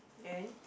and